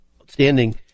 Outstanding